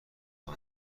آور